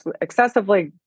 excessively